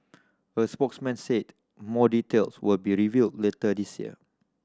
a spokesman said more details will be revealed later this year